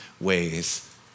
ways